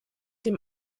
dem